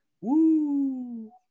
Woo